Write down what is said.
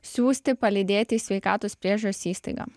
siųsti palydėti į sveikatos priežiūros įstaigą